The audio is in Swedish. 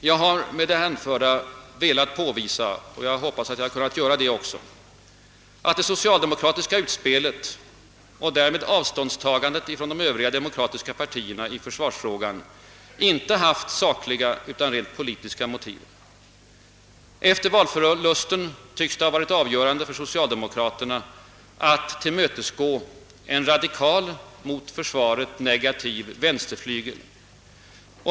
Jag har med det anförda velat påvisa — och jag hoppas att jag har lyckats göra det — att det socialdemokratiska utspelet och därmed avståndstagandet från de övriga demokratiska partierna i försvarsfrågan inte haft sakliga utan rent politiska motiv. Efter valförlusten tycks det ha varit avgörande för socialdemokraterna att tillmötesgå en radikal, mot försvaret negativ vänsterflygel.